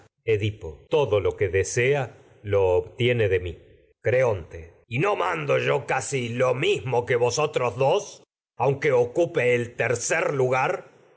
edipo todo lo que desea lo obtiene de mi yo creonte otros y no mando casi lo mismo que vos dos aunque ocupe se ve el tercer lugar